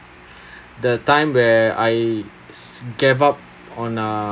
the time where I s~ gave up on uh